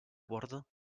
bordo